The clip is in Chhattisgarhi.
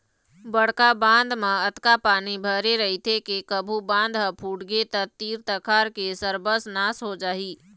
बड़का बांध म अतका पानी भरे रहिथे के कभू बांध ह फूटगे त तीर तखार के सरबस नाश हो जाही